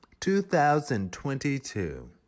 2022